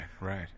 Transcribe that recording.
right